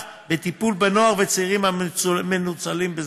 לטיפול בנוער וצעירים המנוצלים בזנות.